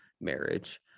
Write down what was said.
marriage